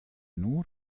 nur